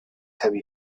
heavy